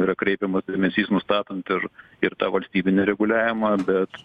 yra kreipiamas dėmesys nustatant ir ir tą valstybinį reguliavimą bet